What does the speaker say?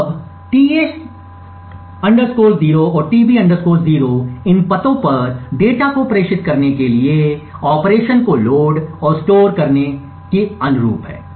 अब tA 0 और tB 0 इन पतों पर डेटा को प्रेषित करने के लिए ऑपरेशनों को लोड और स्टोर करने के अनुरूप हैं